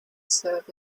serve